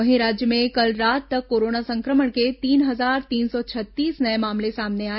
वहीं राज्य में कल रात तक कोरोना संक्रमण के तीन हजार तीन सौ छत्तीस नये मामले सामने आए